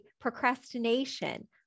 procrastination